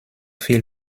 viel